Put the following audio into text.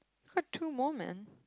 what two moment